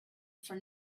for